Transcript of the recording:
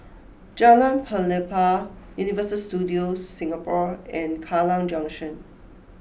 Jalan Pelepah Universal Studios Singapore and Kallang Junction